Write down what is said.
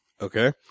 Okay